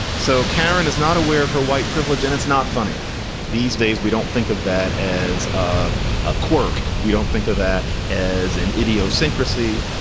so cameron is not aware of her white privilege, and it's not funny these days. we don't think of that as a ah quirk. we don't think of that as an idiosyncrasy.